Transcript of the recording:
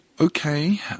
Okay